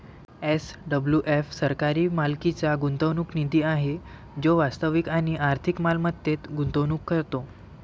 SWF सरकारी मालकीचा गुंतवणूक निधी आहे जो वास्तविक आणि आर्थिक मालमत्तेत गुंतवणूक करतो